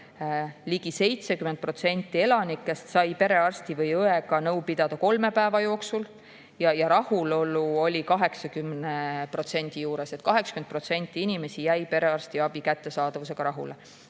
ligi 70% elanikest perearsti või -õega nõu pidada kolme päeva jooksul ja rahulolu oli 80% juures, 80% inimesi jäi perearstiabi kättesaadavusega rahule.